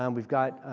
um we've got